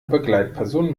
begleitperson